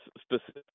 specific